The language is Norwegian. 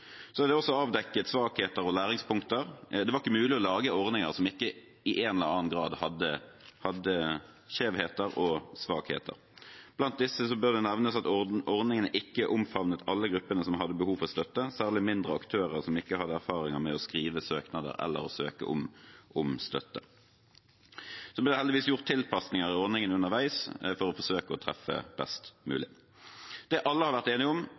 ikke i en eller annen grad hadde skjevheter og svakheter. Blant disse bør det nevnes at ordningene ikke omfavnet alle gruppene som hadde behov for støtte, særlig mindre aktører som ikke hadde erfaring med å skrive søknader eller søke om støtte. Det ble heldigvis gjort tilpasninger i ordningene underveis for å forsøke å treffe best mulig. Det alle har vært enige om,